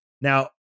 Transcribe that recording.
Now